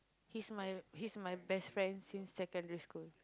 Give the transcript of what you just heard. he's my he's my best friend since secondary school